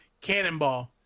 Cannonball